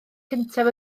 cyntaf